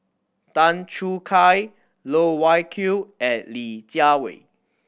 Tan Choo Kai Loh Wai Kiew and Li Jiawei